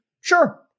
Sure